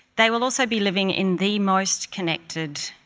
they will also be living in the most connected,